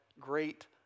great